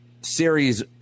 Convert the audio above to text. series